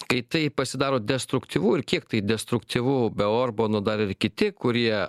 kai tai pasidaro destruktyvu ir kiek tai destruktyvu be orbano dar ir kiti kurie